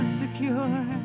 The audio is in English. secure